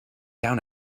down